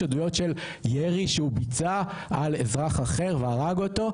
יש עדויות של ירי שהוא ביצע על אזרח אחר והרג אותו.